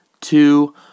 two